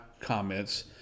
comments